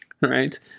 right